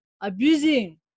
Abusing